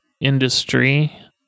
industry